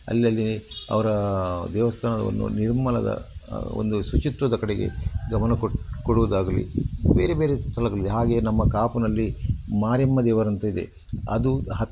ಅಲ್ಲದೆ ಅವ್ರ ದೇವಸ್ಥಾನವನ್ನು ನಿರ್ಮಲದ ಒಂದು ಶುಚಿತ್ವದ ಕಡೆಗೆ ಗಮನ ಕೊಟ್ ಕೊಡುವುದಾಗಲಿ ಬೇರೆ ಬೇರೆ ಸ್ಥಳಗಳಿದೆ ಹಾಗೆ ನಮ್ಮ ಕಾಪುನಲ್ಲಿ ಮಾರಿಯಮ್ಮ ದೇವರಂತ ಇದೆ ಅದು